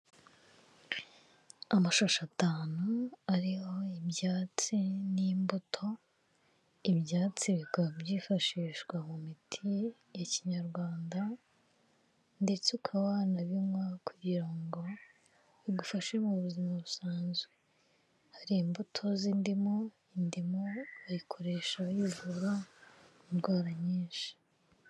Amashashi atanu ariho ibyatsi n'imbuto, ibyatsi bikaba byifashishwa mu miti ya kinyarwanda ndetse ukaba wanabinywa kugira ngo bigufashe mu buzima busanzwe. Hari imbuto z'indimu, indimu bayikoresha bivura indwara nyinshi.